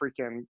freaking